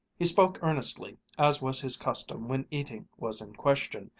he spoke earnestly, as was his custom when eating was in question,